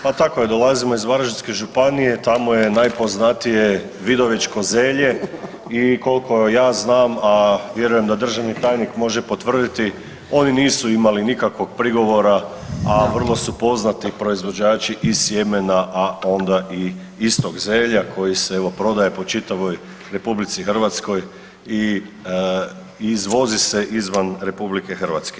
Pa tako je dolazimo iz Varaždinske županije, tamo je najpoznatije vidovičko zelje i koliko ja znam, a vjerujem da državni tajnik može potvrditi oni nisu imali nikakvog prigovora, a vrlo su poznati proizvođači i sjemena, a onda i istog zelja koji se prodaje po čitavoj RH i izvozi se izvan RH.